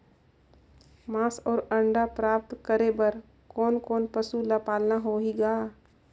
मांस अउ अंडा प्राप्त करे बर कोन कोन पशु ल पालना होही ग?